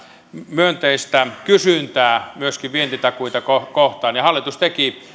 myönteistä kysyntää myöskin vientitakuita kohtaan ja hallitus teki